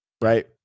right